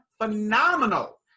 phenomenal